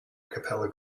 capella